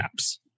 apps